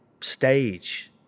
stage